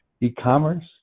e-commerce